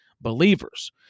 believers